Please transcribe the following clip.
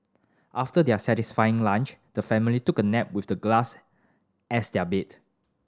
after their satisfying lunch the family took a nap with the glass as their bed